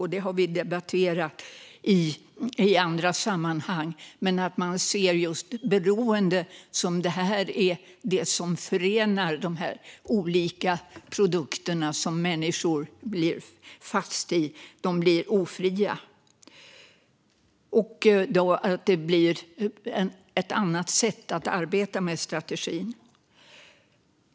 Vi har debatterat i andra sammanhang att man behöver se beroende som det som förenar de här olika produkterna som människor blir fast i användningen av - de blir ofria - för då blir det ett annat sätt att arbeta med strategin.